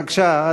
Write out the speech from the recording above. בבקשה.